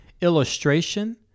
illustration